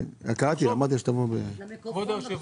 כבוד היושב-ראש,